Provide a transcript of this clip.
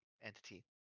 entity